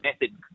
method